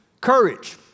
courage